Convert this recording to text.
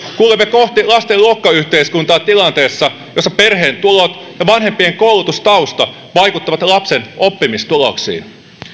kohti lasten luokkayhteiskuntaa tilanteessa jossa perheen tulot ja vanhempien koulutustausta vaikuttavat lapsen oppimistuloksiin